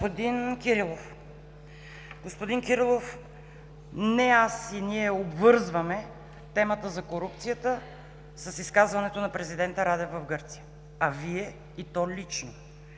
Господин Кирилов, не аз и ние обвързваме темата за корупцията с изказването на президента Радев в Гърция, а Вие и то лично.